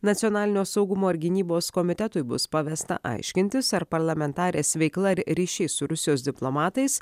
nacionalinio saugumo ir gynybos komitetui bus pavesta aiškintis ar parlamentarės veikla ir ryšys su rusijos diplomatais